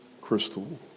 crystal